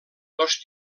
dos